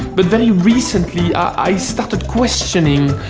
but, very recently i started questioning.